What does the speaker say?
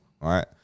right